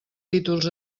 títols